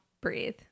breathe